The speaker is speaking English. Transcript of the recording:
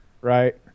Right